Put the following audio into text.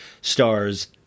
stars